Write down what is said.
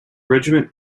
regiment